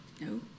No